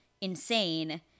insane